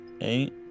eight